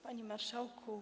Panie Marszałku!